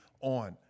on